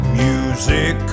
music